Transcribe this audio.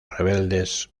rebeldes